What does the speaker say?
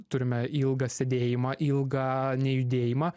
turime ilgą sėdėjimą ilgą nejudėjimą